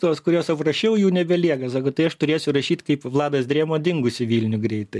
tuos kuriuos aprašiau jų nebelieka sako tai aš turėsiu rašyt kaip vladas drėma dingusį vilnių greitai